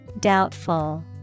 Doubtful